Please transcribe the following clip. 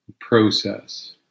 process